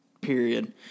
period